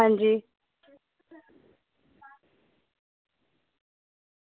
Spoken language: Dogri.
आं जी